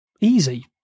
Easy